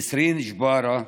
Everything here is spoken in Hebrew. נסרין אלחפיז ג'בארה,